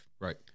Right